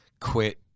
quit